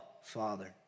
Father